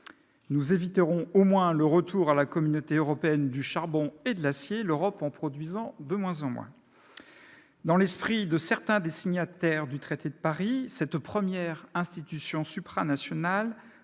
Nous éviterons au moins le retour à la Communauté européenne du charbon et de l'acier, l'Europe en produisant de moins en moins ! Dans l'esprit de certains des signataires du traité de Paris, cette première institution supranationale